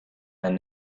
and